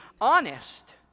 honest